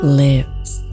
lives